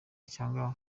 cyangwa